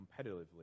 competitively